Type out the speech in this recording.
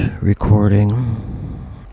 recording